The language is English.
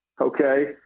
Okay